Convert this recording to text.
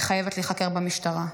וחייבת להיחקר במשטרה.